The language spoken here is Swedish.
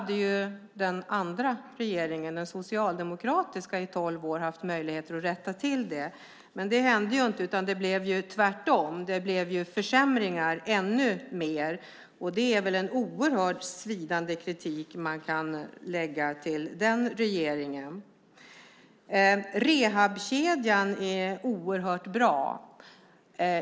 Den socialdemokratiska regeringen hade under 12 år möjligheter att rätta till det, men det hände inte. Det blev tvärtom. Det blev ännu mer försämringar. Det är väl en oerhört svidande kritik som man kan ge till den regeringen. Rehabkedjan är oerhört bra.